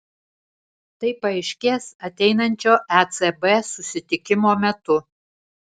tai paaiškės ateinančio ecb susitikimo metu